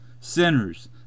Sinners